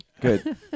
Good